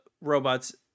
robots